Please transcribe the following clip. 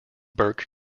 burke